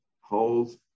holds